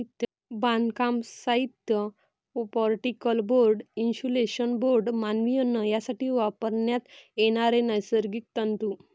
बांधकाम साहित्य, particle board, insulation board, मानवी अन्न यासाठी वापरण्यात येणारे नैसर्गिक तंतू